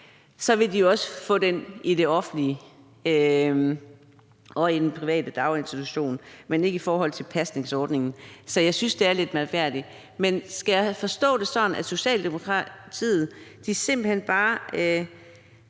vil også få den i den offentlige og i den private daginstitution, men det gælder ikke i forhold til pasningsordningen. Så jeg synes, det er lidt mærkværdigt. Men skal jeg forstå det sådan, at Socialdemokratiet simpelt hen bare